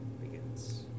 begins